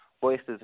voices